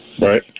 Right